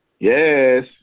Yes